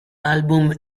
album